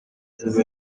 uvuga